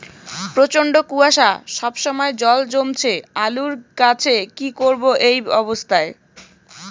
প্রচন্ড কুয়াশা সবসময় জল জমছে আলুর গাছে কি করব এই অবস্থায়?